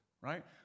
right